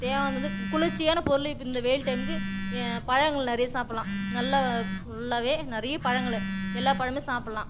தேவையானது குளிர்ச்சியான பொருள் இப்போ இந்த வெயில் டைம்க்கு பழங்கள் நெறைய சாப்பிடலாம் நல்லா ஃபுல்லாவே நிறைய பழங்களை எல்லாம் பழமே சாப்பிடலாம்